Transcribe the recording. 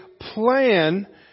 plan